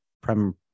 prem